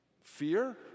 Fear